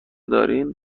دارین